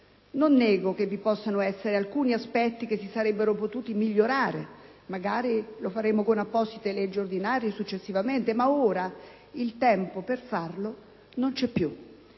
Non nego che vi possano essere alcuni aspetti che si sarebbero potuti migliorare, e magari interverremo con apposite leggi ordinarie successivamente, ma ora il tempo per farlo non c'è più.